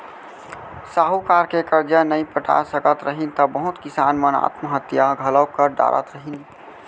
साहूकार के करजा नइ पटाय सकत रहिन त बहुत किसान मन आत्म हत्या घलौ कर डारत रहिन